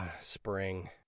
spring